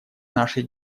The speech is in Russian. нашей